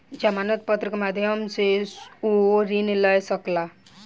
जमानत पत्र के माध्यम सॅ ओ ऋण लय सकला